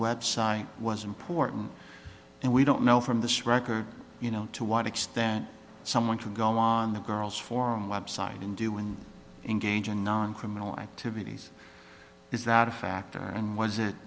web site was important and we don't know from the record you know to what extent someone to go on the girls form website in doing engage in non criminal activities is that a factor and was it